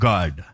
God